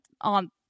on